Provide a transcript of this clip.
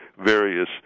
various